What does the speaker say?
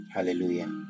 Hallelujah